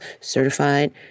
certified